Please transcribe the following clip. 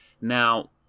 now